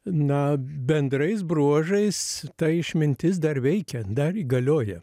na bendrais bruožais ta išmintis dar veikia dar galioja